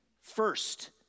first